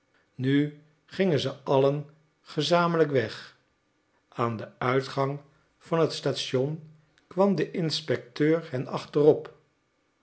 nu gingen ze allen gezamenlijk weg aan den uitgang van het station kwam de inspecteur hen achter